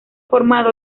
formado